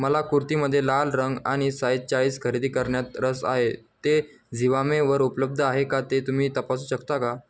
मला कुर्तीमध्ये लाल रंग आणि साईज चाळीस खरेदी करण्यात रस आहे ते झिवामेवर उपलब्ध आहे का ते तुम्ही तपासू शकता का